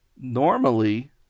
Normally